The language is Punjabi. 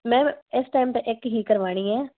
ਮੈਮ ਇਸ ਟਾਈਮ ਤੇ ਇੱਕ ਹੀ ਕਰਵਾਣੀ ਐ